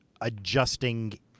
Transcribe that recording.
adjusting